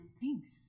Thanks